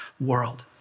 world